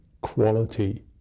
quality